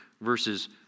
versus